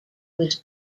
was